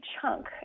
chunk